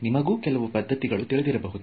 ನಿಮಗೂ ಕೆಲವು ಪದ್ಧತಿಗಳು ತಿಳಿದಿರಬಹುದು